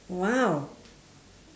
!wow!